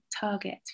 target